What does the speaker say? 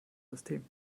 system